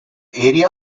area